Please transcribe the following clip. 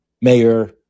mayor